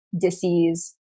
disease